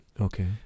Okay